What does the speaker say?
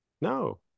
no